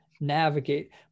navigate